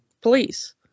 police